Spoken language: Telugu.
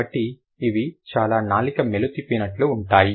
కాబట్టి ఇవి చాలా నాలుక మెలితిప్పినట్లు ఉంటాయి